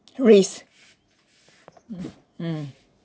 risk mm mm